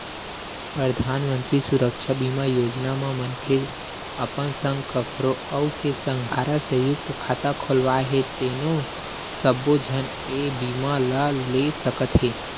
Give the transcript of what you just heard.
परधानमंतरी सुरक्छा बीमा योजना म मनखे अपन संग कखरो अउ के संघरा संयुक्त खाता खोलवाए हे तेनो सब्बो झन ए बीमा ल ले सकत हे